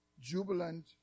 jubilant